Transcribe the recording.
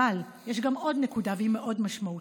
אבל יש גם עוד נקודה, והיא מאוד משמעותית.